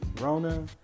Rona